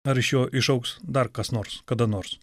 ar iš jo išaugs dar kas nors kada nors